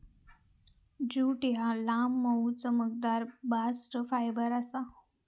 jute ह्या लांब, मऊ, चमकदार बास्ट फायबर आसा